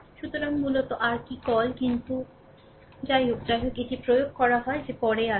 সুতরাং মূলত rকি কল কিন্তু যাইহোক যাইহোক এটি প্রয়োগ করা হয় যে পরে আসবে